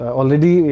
already